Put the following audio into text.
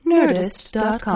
Nerdist.com